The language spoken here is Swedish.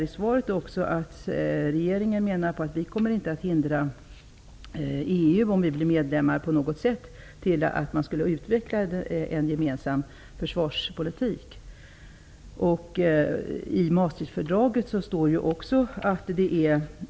I svaret står att regeringen menar att man inte kommer att hindra EU att utveckla en gemensam försvarspolitik, om vi blir medlemmar.